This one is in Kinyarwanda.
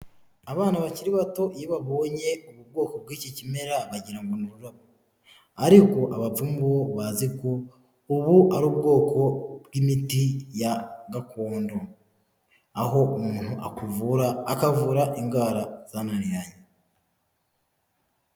Abana bakiri bato, iyo babonye ubu bwoko bw'iki kimera, bagira ngo ni ururabo. Ariko abapfumu bo bazi ko ubu ari ubwoko bw'imiti ya gakondo, aho umuntu akuvura akavura indwara zananiranye.